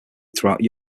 throughout